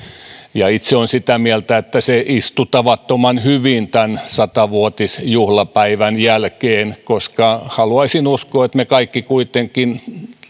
itse olen sitä mieltä että se istui tavattoman hyvin tämän sata vuotisjuhlapäivän jälkeen koska haluaisin uskoa että me kaikki kuitenkin